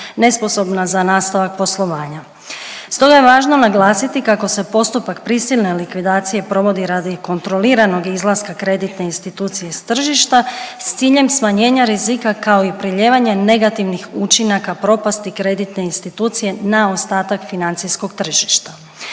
nesposobna za nastavak poslovanja. Stoga je važno naglasiti kako se postupak prisilne likvidacije provodi radi kontroliranog izlaska kreditne institucije iz tržišta, s ciljem smanjenja rizika kao i prelijevanja negativnih učinaka propasti kreditne institucije na ostatak financijskog tržišta.